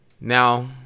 now